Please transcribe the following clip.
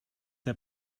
der